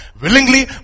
willingly